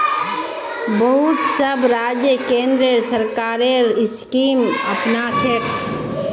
बहुत सब राज्य केंद्र सरकारेर स्कीमक अपनाछेक